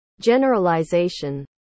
generalization